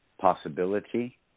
possibility